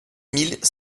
mille